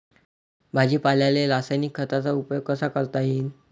भाजीपाल्याले रासायनिक खतांचा उपयोग कसा करता येईन?